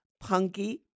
Punky